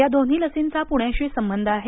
या दोन्ही लसींचा पृण्याशी संबंध आहे